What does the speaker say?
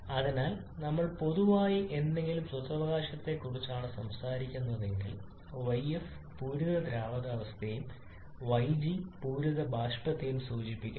അതിനാൽ നമ്മൾ പൊതുവായ ഏതെങ്കിലും സ്വത്തവകാശത്തെക്കുറിച്ചാണ് സംസാരിക്കുന്നതെങ്കിൽ yf പൂരിത ദ്രാവകത്തെയും yg പൂരിത ബാഷ്പത്തെയും സൂചിപ്പിക്കുന്നു